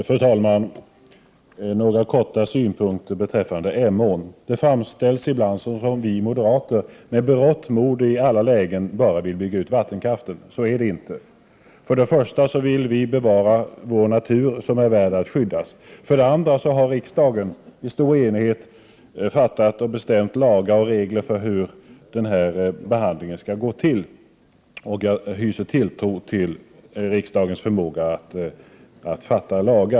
Fru talman! Några korta synpunkter beträffande Emån. Det framställs ibland som om vi moderater med berått mod och i alla lägen bara vill bygga ut vattenkraften. Så är det inte. För det första vill vi bevara vår natur, som är värd att skyddas. För det andra har riksdagen i stor enighet fattat beslut om lagar och regler för hur denna behandling skall gå till. Jag hyser tilltro till riksdagens förmåga att anta lagar.